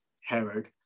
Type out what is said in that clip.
Herod